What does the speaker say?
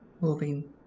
moving